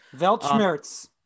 Weltschmerz